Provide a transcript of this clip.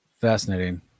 fascinating